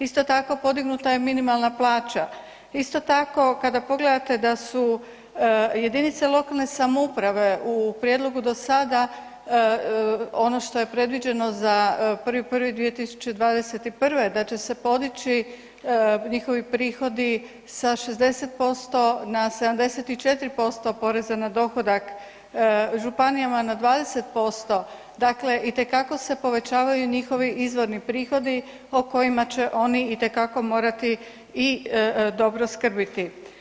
Isto tako podignuta je minimalna plaća, isto tako kada pogledate da su jedinice lokalne samouprave u prijedlogu do sada ono što je predviđeno za 1.1.2021. da će se podići njihovi prihodi sa 60% na 74% poreza na dohodak, županijama na 20% dakle povećavaju se njihovi izvorni prihodi o kojima će oni morati i dobro skrbiti.